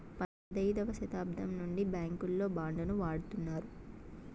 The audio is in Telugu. పదైదవ శతాబ్దం నుండి బ్యాంకుల్లో బాండ్ ను వాడుతున్నారు